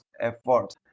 efforts